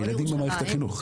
הילדים במערכת החינוך.